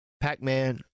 Pac-Man